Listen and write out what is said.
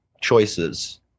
choices